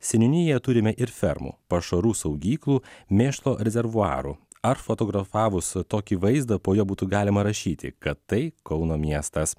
seniūnijoje turime ir fermų pašarų saugyklų mėšlo rezervuarų ar fotografavus tokį vaizdą po jo būtų galima rašyti kad tai kauno miestas